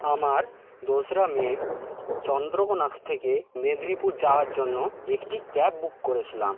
আমার দোসরা মে চন্দ্রকোনা থেকে মেদিনীপুর যাওয়ার জন্য একটি ক্যাব বুক করেছিলাম